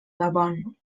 gabon